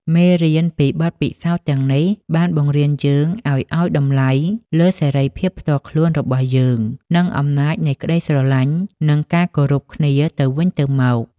មេរៀនពីបទពិសោធន៍ទាំងនេះបានបង្រៀនយើងឱ្យឱ្យតម្លៃលើសេរីភាពផ្ទាល់ខ្លួនរបស់យើងនិងអំណាចនៃក្តីស្រឡាញ់និងការគោរពគ្នាទៅវិញទៅមក។